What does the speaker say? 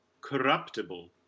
corruptible